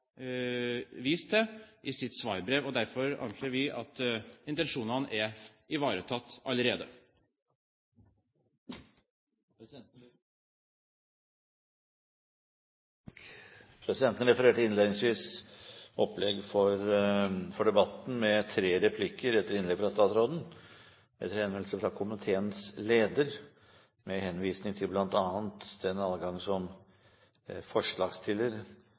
til i sitt svarbrev. Derfor anser vi at intensjonene er ivaretatt allerede. Presidenten refererte innledningsvis opplegg for debatten, med tre replikker etter innlegget fra statsråden. Etter henvendelse fra komiteens leder, med henvisning bl.a. til den adgang som